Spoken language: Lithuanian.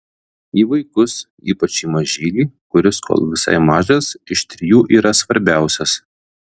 į vaikus ypač į mažylį kuris kol visai mažas iš trijų yra svarbiausias